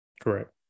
Correct